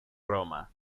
roma